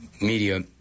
media